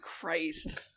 christ